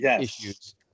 issues